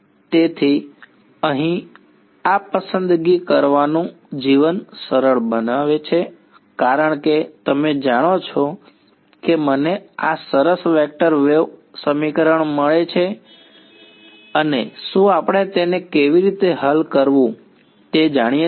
તેથી અહીં આ પસંદગી કરવાનું જીવન સરળ બનાવે છે કારણ કે તમે જાણો છો કે મને આ સરસ વેક્ટર વેવ સમીકરણ મળે છે અને શું આપણે તેને કેવી રીતે હલ કરવું તે જાણીએ છીએ